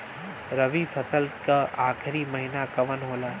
रवि फसल क आखरी महीना कवन होला?